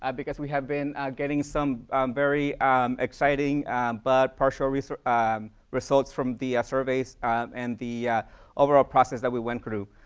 um because we have been getting some very exciting but partial recent ah um results from the surveys and the overall process that we went through.